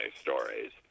stories